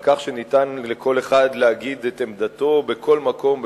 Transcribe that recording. כך שניתן לכל אחד להגיד את עמדתו בכל מקום,